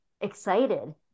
excited